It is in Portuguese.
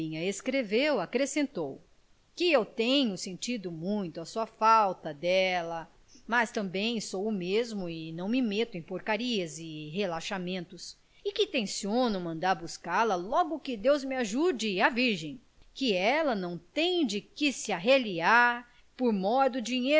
escreveu acrescentou que eu tenho sentido muito a sua falta dela mas também sou o mesmo e não me meto em porcarias e relaxamento e que tenciono mandar buscá-la logo que deus me ajude e a virgem que ela não tem de que se arreliar por mor do